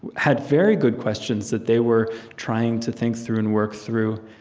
had very good questions that they were trying to think through and work through.